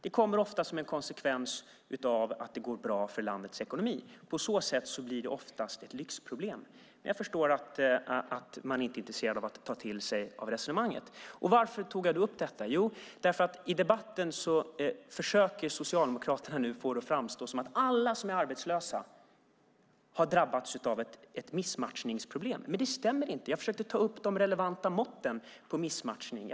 Det kommer ofta som en konsekvens av att det går bra för landets ekonomi. På så sätt blir det oftast ett lyxproblem. Men jag förstår att man inte är intresserad av att ta till sig det resonemanget. Varför tog jag då upp detta? Jo, därför att i debatten försöker Socialdemokraterna nu att få det att framstå som att alla som är arbetslösa har drabbats av ett missmatchningsproblem. Men det stämmer inte. Jag försökte ta upp de relevanta måtten på missmatchning.